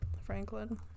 franklin